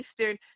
Eastern